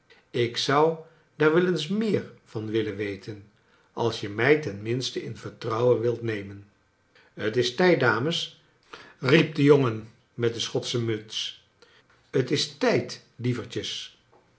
ik zou daar wel eens meer van willen weten als je mij ten minste in vertrouwen wilt nemen t is tijd dames riep de jongen met de sehotsche muts t is tijd lievertjes